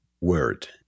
word